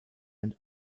and